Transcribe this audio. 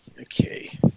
Okay